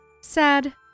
sad